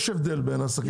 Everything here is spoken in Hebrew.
יש הבדל בין עסקים.